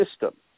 system